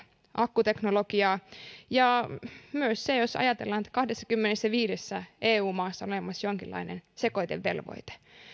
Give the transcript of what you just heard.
akkuteknologiaa jos ajatellaan että kahdessakymmenessäviidessä eu maassa on olemassa jonkinlainen sekoitevelvoite niin